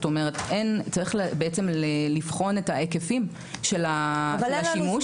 צריך בעצם לבחון את ההיקפים של השימוש.